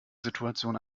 situation